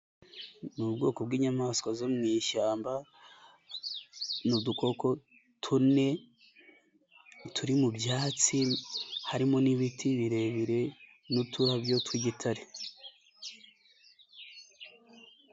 Ni ubwoko bw'inyamaswa zo mu ishyamba, ni udukoko tune turi mu byatsi harimo n'ibiti birebire n'uturabyo tw'igitare.